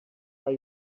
are